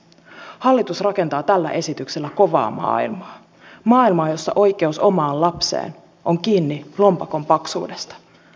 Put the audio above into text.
hallitus rakentaa tällä esityksellä kovaa maailmaa maailmaa jossa oikeus omaan lapseen on kiinni lompakon paksuudesta